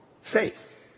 faith